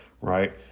right